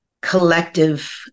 collective